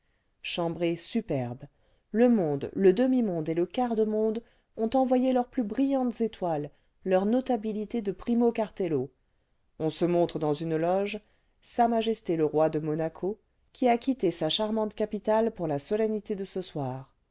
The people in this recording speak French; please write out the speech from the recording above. chambrée superbe le monde le clemi monde et le quart cle monde ont envoyé leurs plus brillantes étoiles leurs notabilités de primo cartello on se montre dans une loge s m le roi de honaco qui a quitté sa capitale pour la solennité de ce soir